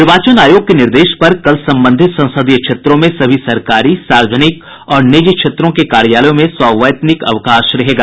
निर्वाचन आयोग के निर्देश पर कल संबंधित संसदीय क्षेत्रों में सभी सरकारी सार्वजनिक और निजी क्षेत्रों के कार्यालयों में सवैतनिक अवकाश रहेगा